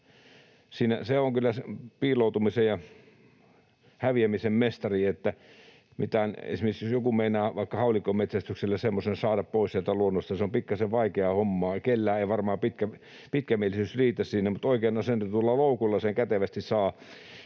on kyllä piiloutumisen ja häviämisen mestari. Esimerkiksi jos joku meinaa vaikka haulikkometsästyksellä semmoisen saada pois sieltä luonnosta, se on pikkaisen vaikeaa hommaa. Kellään ei varmaan pitkämielisyys riitä siinä, mutta oikein asennetulla loukulla sen kätevästi saa.